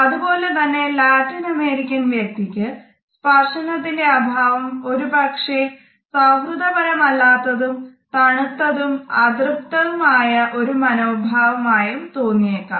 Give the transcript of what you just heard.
അത് പോലെ തന്നെ ലാറ്റിൻ അമേരിക്കൻ വ്യക്തിക്ക് സ്പർശനത്തിന്റെ അഭാവം ഒരു പക്ഷെ സൌഹൃദപരമല്ലാത്തതും തണുത്തതും അതൃപ്തം ആയ ഒരു മനോഭാവമായും തോന്നിയേക്കാം